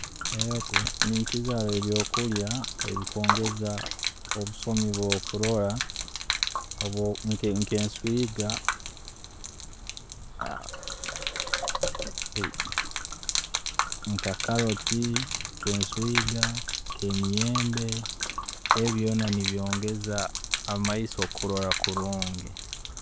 ﻿Ego, ninyikiriza haroho ebyokurya ebikwongeza obusomyo bwokurora, nk'enswiiga, nka carroti,, nk'enswiiga, nk'emiyembe, ebi byoona nibyongeza amaiso kurora kurungi